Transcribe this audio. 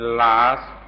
last